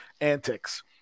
antics